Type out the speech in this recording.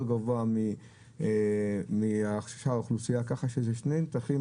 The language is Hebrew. גבוה משאר האוכלוסיה ככה שזה שני נתחים,